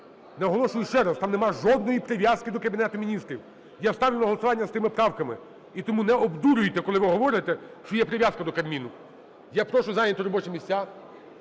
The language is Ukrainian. Наголошую ще раз: там нема жодної прив'язки до Кабінету Міністрів. Я ставлю на голосування з тими правками. І тому не обдурюйте, коли ви говорите, що є прив'язка до Кабміну. Я прошу зайняти робочі місця,